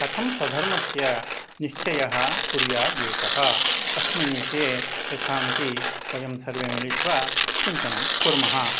कथं स्वधर्मस्य निश्चयः कुर्यात् एकः अस्मिन् विषये यथामतिः वयं सर्वे मिलित्वा चिन्तनं कुर्मः